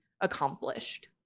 accomplished